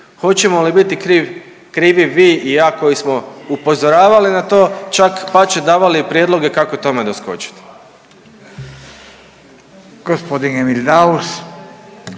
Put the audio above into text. Hoćemo li biti krivi vi i ja koji smo upozoravali na to, čak pače davali i prijedloge kako tome doskočiti.